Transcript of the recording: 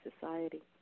society